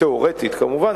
תיאורטית, כמובן.